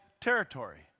territory